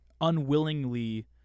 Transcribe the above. unwillingly